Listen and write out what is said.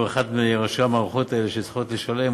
אחד מראשי המערכות האלה שצריכות לשלם,